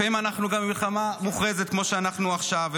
לפעמים אנחנו גם במלחמה מוכרזת כמו שאנחנו עכשיו,